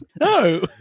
No